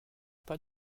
pas